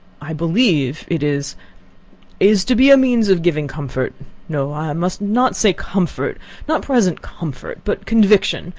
i believe it is is to be a means of giving comfort no, i must not say comfort not present comfort but conviction,